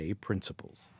principles